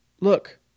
Look